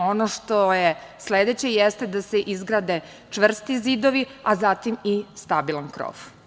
Ono što je sledeće jeste da se izgrade čvrsti zidovi, a zatim i stabilan krov.